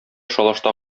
шалашта